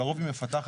לרוב היא מפתחת